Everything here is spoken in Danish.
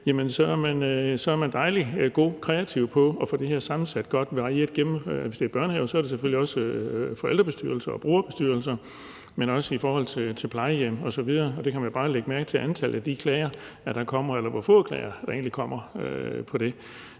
så er man dejligt kreativ og god til at få det her sammensat godt og varieret. Hvis det drejer sig om børnehaver, er der selvfølgelig også forældrebestyrelser og brugerbestyrelser, men der er også plejehjem osv. Man kan jo bare lægge mærke til antallet af de klager, der kommer, altså hvor få klager, der egentlig kommer over det.